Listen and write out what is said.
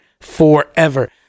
forever